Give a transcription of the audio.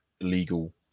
legal